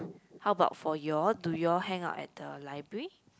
how about for you all do you all hang out at the library